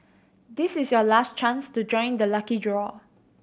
this is your last chance to join the lucky draw